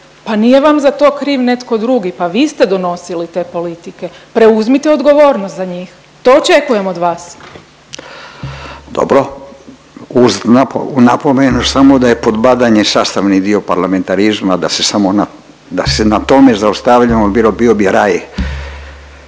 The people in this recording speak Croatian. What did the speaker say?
pa nije vam za to kriv netko drugi, pa vi ste donosili te politike, preuzmite odgovornost za njih, to očekujem od vas. **Radin, Furio (Nezavisni)** Dobro uz napomenu samo da je podbadanje sastavni dio parlamentarizma, da se samo na… da se na tome zaustavljamo bilo bi,